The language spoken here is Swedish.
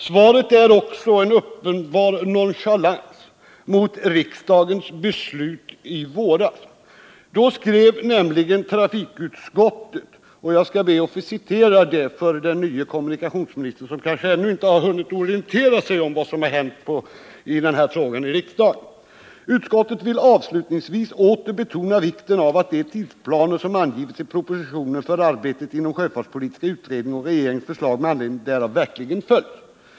Svaret är också en uppenbar nonchalans mot riksdagens beslut i våras. Då skrev nämligen trafikutskottet någonting som jag skall be att få citera för den nye kommunikationsministern, som kanske ännu inte hunnit orientera sig om vad som hänt i den här frågan: ”Utskottet vill avslutningsvis åter betona vikten av att de tidsplaner som angivits i propositionen för arbetet inom sjöfartspolitiska utredningen och regeringens förslag med anledning därav verkligen följs.